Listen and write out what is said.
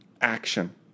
action